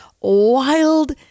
wild